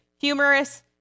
humorous